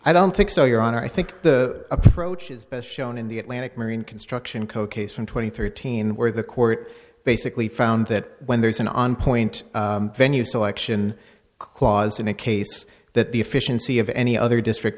i don't think so your honor i think the approach is best shown in the atlantic marine construction co case from twenty thirteen where the court basically found that when there's an on point venue selection clause in the case that the efficiency of any other district